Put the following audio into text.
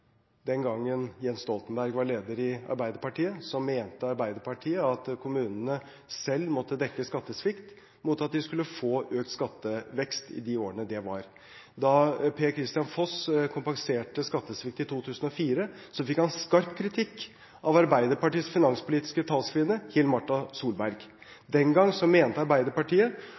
Den gangen Jens Stoltenberg var leder i Arbeiderpartiet, mente Arbeiderpartiet at kommunene selv måtte dekke skattesvikt mot at de skulle få økt skattevekst i de årene de hadde det. Da Per-Kristian Foss kompenserte skattesvikt i 2004, fikk han skarp kritikk av Arbeiderpartiets finanspolitiske talskvinne, Hill-Marta Solberg. Den gang mente Arbeiderpartiet